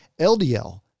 LDL